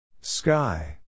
Sky